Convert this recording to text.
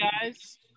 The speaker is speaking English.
guys